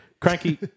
Cranky